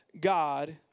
God